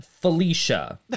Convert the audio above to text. Felicia